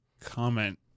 comment